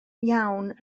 iawn